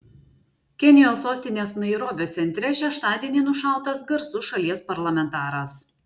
kenijos sostinės nairobio centre šeštadienį nušautas garsus šalies parlamentaras